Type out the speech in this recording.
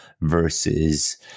versus